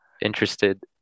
interested